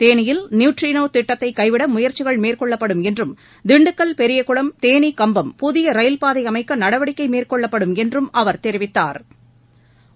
தேனியில் நியூட்ரினோ திட்டத்தை கைவிட முயற்சிகள் மேற்கொள்ளப்படும் என்றும் திண்டுக்கல் பெரியக்குளம் தேனி கம்பம் புதிய ரயில்பாதை அமைக்க நடவடிக்கை மேற்கொள்ளப்படும் என்றும் அவர் தெரிவித்தாா்